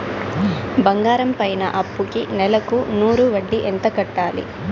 బంగారం పైన అప్పుకి నెలకు నూరు వడ్డీ ఎంత కట్టాలి?